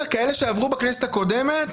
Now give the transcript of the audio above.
כאלה שבכנסת הקודמת